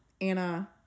Anna